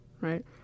Right